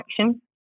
action